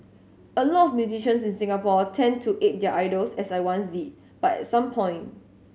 a lot of musicians in Singapore tend to ape their idols as I once did but at some point